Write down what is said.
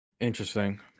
Interesting